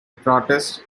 protest